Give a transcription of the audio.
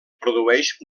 produeix